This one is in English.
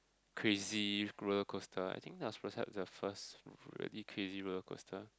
crazy roller coaster I think I perhaps that first a crazy roller coaster